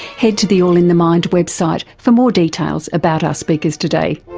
head to the all in the mind website for more details about our speakers today.